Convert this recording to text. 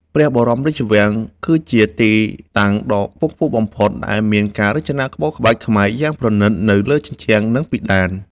ព្រះបរមរាជវាំងគឺជាទីតាំងដ៏ខ្ពង់ខ្ពស់បំផុត ដែលមានការរចនាក្បូរក្បាច់ខ្មែរយ៉ាងប្រណីតនៅលើជញ្ជាំង និងពិដាន។